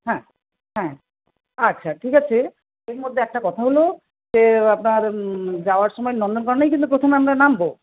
হ্যাঁ হ্যাঁ আচ্ছা ঠিক আছে এর মধ্যে একটা কথা হলো যে আপনার যাওয়ার সময়ে নন্দনকাননেই কিন্তু প্রথমে আমরা নামব